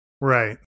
Right